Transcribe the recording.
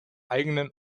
eigenen